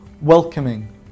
welcoming